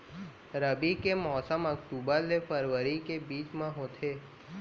रबी के मौसम अक्टूबर ले फरवरी के बीच मा होथे